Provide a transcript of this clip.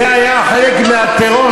זה היה חלק מהטרור,